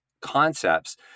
concepts